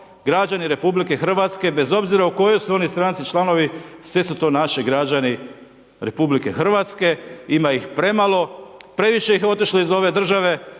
građani RH, bez obzira u kojoj su oni stranici, članovi, svi su to naši građani RH, ima ih premalo, previše ih je otišlo iz ove države